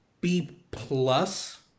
B-plus